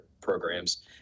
programs